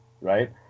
Right